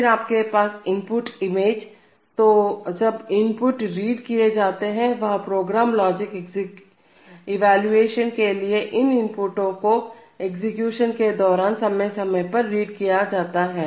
फिर आपके पास है इनपुट इमेज तो जब इनपुट रीड किए जाते हैं वह प्रोग्राम लॉजिक इवैल्यूएशन के लिए इन इनपुट को एग्जीक्यूशन के दौरान समय समय पर रीड करते हैं